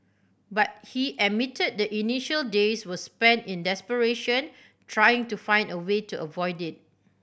but he admitted the initial days were spent in desperation trying to find a way to avoid it